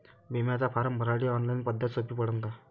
बिम्याचा फारम भरासाठी ऑनलाईन पद्धत सोपी पडन का?